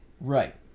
right